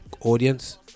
audience